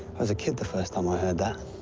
i was a kid the first time i heard that.